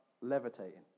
levitating